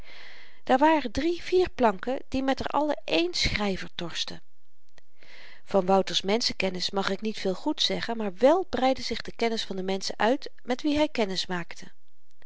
daar waren drie vier planken die met r allen één schryver torschten van wouter's menschenkennis mag ik niet veel goeds zeggen maar wèl breidde zich de kring van de menschen uit met wie hy kennis maakte